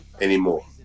anymore